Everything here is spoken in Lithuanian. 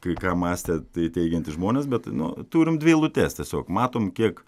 kai ką mąstė tai teigiantys žmonės bet nu turim dvi eilutes tiesiog matom kiek